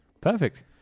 Perfect